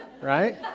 Right